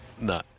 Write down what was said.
No